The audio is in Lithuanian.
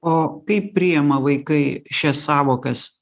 o kaip priima vaikai šias sąvokas